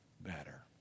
better